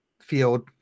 field